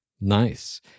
Nice